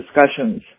discussions